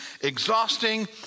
exhausting